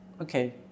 Okay